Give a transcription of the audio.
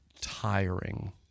tiring